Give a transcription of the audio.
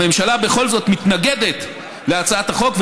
הממשלה בכל זאת מתנגדת להצעת החוק.